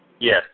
Yes